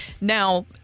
Now